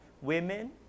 women